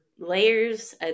Layers